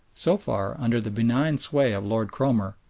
so far, under the benign sway of lord cromer,